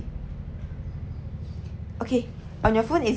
okay on your phone is